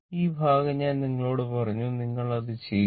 ഈ ഭാഗം ഞാൻ നിങ്ങളോട് പറഞ്ഞു നിങ്ങൾ അത് ചെയ്യൂ